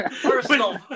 Personal